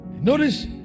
Notice